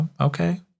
Okay